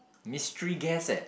mystery guest eh